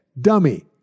dummy